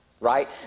right